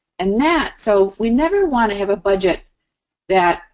and that, so we never want to have a budget that